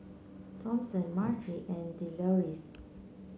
Thompson Marci and Deloris